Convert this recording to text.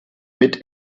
mit